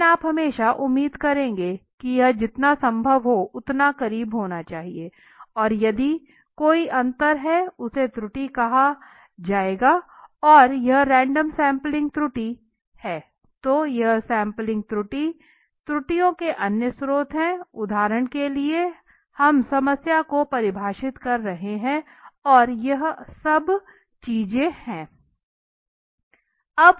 लेकिन आप हमेशा उम्मीद करेंगे कि यह जितना संभव हो उतना करीब होना चाहिए और यदि कोई अंतर है उसे त्रुटि कहा जाएगा यह रैंडम सैंपलिंग त्रुटि है तो यह सैंपलिंग त्रुटियों के अन्य स्रोत हैं उदाहरण के लिए हम समस्या को परिभाषित कर रहे हैं और यह सब चीजें हैं